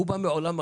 הוא בא מעולם אחר.